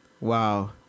Wow